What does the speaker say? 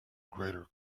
greater